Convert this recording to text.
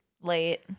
late